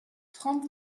trente